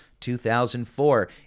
2004